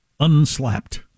unslapped